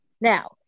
Now